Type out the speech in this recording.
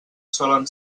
solen